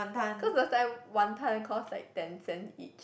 cause last time one time cost like ten cent each